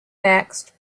next